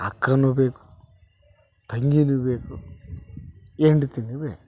ಅಕ್ಕನೂ ಬೇಕು ತಂಗಿನೂ ಬೇಕು ಹೆಂಡ್ತಿನೂ ಬೇಕು